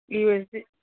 USG